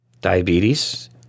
Diabetes